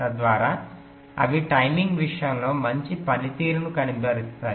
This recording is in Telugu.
తద్వారా అవి టైమింగ్ విషయంలో మంచి పనితీరును కనబరుస్థాయి